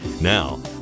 Now